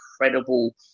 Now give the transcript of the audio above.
incredible